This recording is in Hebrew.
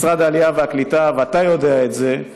משרד העלייה והקליטה, ואתה יודע את זה,